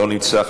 לא נמצא.